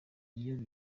iyo